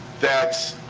that's.